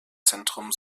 zentrum